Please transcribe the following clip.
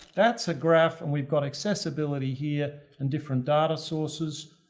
that's a graph and we've got accessibility here and different data sources.